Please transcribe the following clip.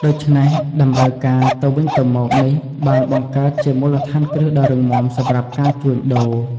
ដូច្នេះ តម្រូវការទៅវិញទៅមកនេះបានបង្កើតជាមូលដ្ឋានគ្រឹះដ៏រឹងមាំសម្រាប់ការជួញដូរ។